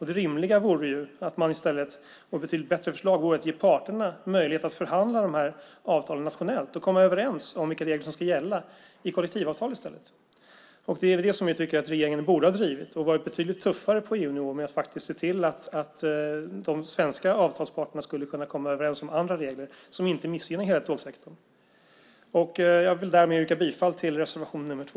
Det rimliga vore att man i stället - det är ett mycket bättre förslag - borde ge parterna möjlighet att förhandla dessa avtal nationellt och komma överens om vilka regler som ska gälla i kollektivavtal i stället. Det är det vi tycker att regeringen borde ha drivit och varit betydligt tuffare på EU-nivå med, att faktiskt se till att de svenska avtalsparterna skulle kunna komma överens om andra regler som inte missgynnar hela tågsektorn. Jag vill därmed yrka bifall till reservation 2.